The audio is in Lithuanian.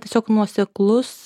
tiesiog nuoseklus